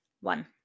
One